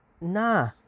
Nah